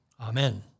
Amen